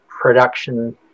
production